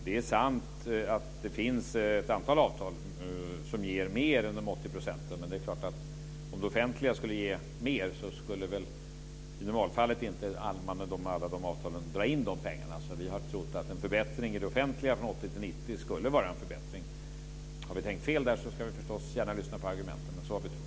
Det är sant att det finns ett antal avtal som ger mer än de 80 procenten, men om det offentliga skulle ge mer skulle väl i normalfallet inte alla med alla de avtalen dra in de pengarna. Vi har alltså trott att en förbättring i det offentliga från 80 % till 90 % skulle vara en förbättring. Har vi tänkt fel där ska vi förstås gärna lyssna på argumenten, men så har vi trott.